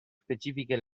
specifiche